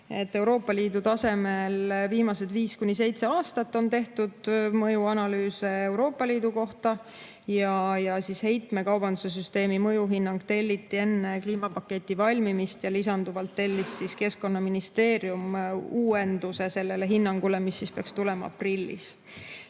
Euroopa Liidu tasemel on viimased viis kuni seitse aastat tehtud mõjuanalüüse Euroopa Liidu kohta. Heitmekaubanduse süsteemi mõjuhinnang telliti enne kliimapaketi valmimist ja lisanduvalt tellis Keskkonnaministeerium uuenduse sellele hinnangule, mis peaks tulema aprillis.